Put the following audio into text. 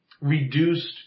reduced